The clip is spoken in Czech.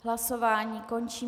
Hlasování končím.